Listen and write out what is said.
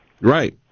Right